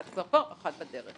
אחת כבר פה, אחת בדרך.